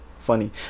funny